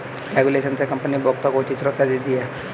regulation से company उपभोक्ता को उचित सुरक्षा देती है